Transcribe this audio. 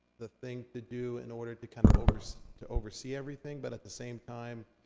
the thing to do in order to kind of oversee to oversee everything, but at the same time,